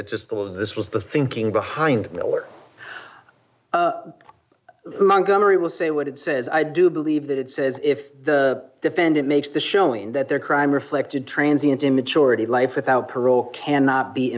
it's just all of this was the thinking behind miller montgomery will say what it says i do believe that it says if the defendant makes the showing that their crime reflected transience immaturity life without parole cannot be